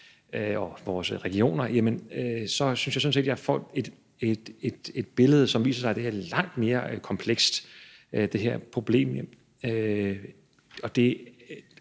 og vores regioner. Og jeg synes sådan set, at jeg får et billede, som viser, at det her problem er langt mere komplekst. Det er jo